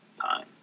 time